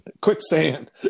quicksand